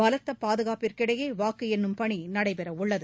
பலத்தபாதுகாப்பிற்கிடையேவாக்குஎண்ணும் பணிநடைபெறஉள்ளது